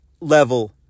level